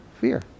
fear